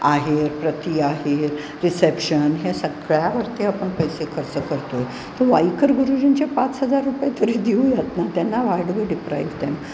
अहेर प्रती अहेर रिसेप्शन ह्या सगळ्यावरती आपण पैसे खर्च करतो आहे तर वाईकर गुरुजींचे पाच हजार रुपये तरी देऊयात ना त्यांना why do we deprive them